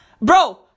Bro